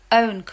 own